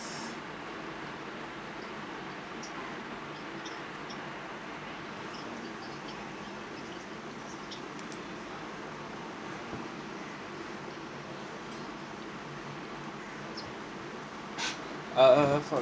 err probably